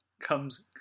comes